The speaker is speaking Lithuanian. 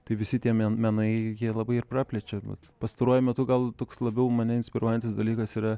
tai visi tie men menai jie labai ir praplečia vat pastaruoju metu gal toks labiau mane inspiruojantis dalykas yra